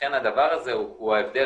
לכן הדבר הזה הוא ההבדל,